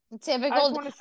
typical